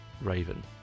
Raven